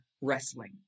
wrestling